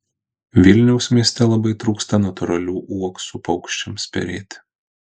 vilniaus mieste labai trūksta natūralių uoksų paukščiams perėti